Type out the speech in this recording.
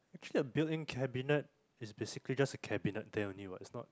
actually a building cabinet is basically just a cabinet there only what is not